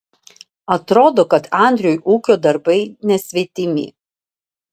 atrodo kad andriui ūkio darbai nesvetimi